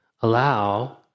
Allow